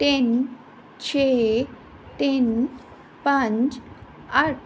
ਤਿੰਨ ਛੇ ਤਿੰਨ ਪੰਜ ਅੱਠ